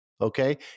okay